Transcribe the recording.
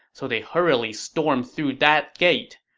so they hurriedly stormed through that gate.